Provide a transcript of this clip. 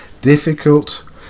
Difficult